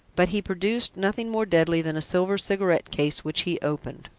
but he produced nothing more deadly than a silver cigarette-case, which he opened.